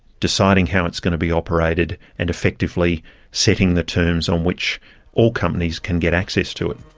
deciding how it's going to be operated, and effectively setting the terms on which all companies can get access to it.